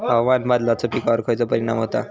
हवामान बदलाचो पिकावर खयचो परिणाम होता?